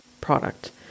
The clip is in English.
product